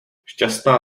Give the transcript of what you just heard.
šťastná